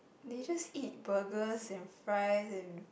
they just eat burgers and fries and